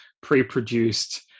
pre-produced